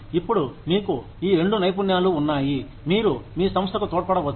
ఇప్పుడు మీకు ఈ రెండు నైపుణ్యాలు ఉన్నాయి మీరు మీ సంస్థకు తోడ్పడవచ్చు